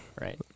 right